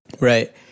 right